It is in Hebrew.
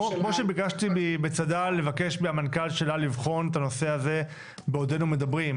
כמו שביקשתי ממצדה לבקש מהמנכ"ל שלה לבחון את הנושא הזה בעודנו מדברים,